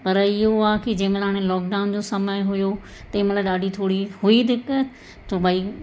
पर इहो आहे की जेमहिल हाणे लॉकडाउन जो समय हुओ तेमहिल ॾाढी थोरी हुई दिक़त पोइ भई